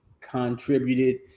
contributed